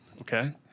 okay